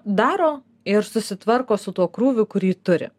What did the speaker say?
daro ir susitvarko su tuo krūviu kurį turi